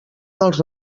dels